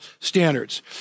standards